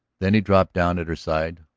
then he dropped down at her side,